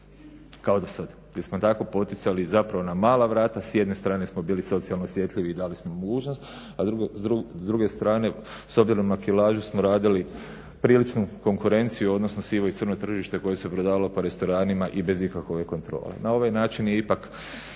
kao dosad. Jer smo tako poticali i zapravo na mala vrata s jedne strane smo bili socijalno osjetljivi i dali smo mogućnost, a s druge strane s obzirom na kilažu smo radili priličnu konkurenciju, odnosno sivo i crno tržište koje se prodavalo po restoranima i bez ikakve kontrole. Na ovaj način je ipak